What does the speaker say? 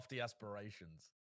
aspirations